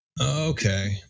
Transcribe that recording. Okay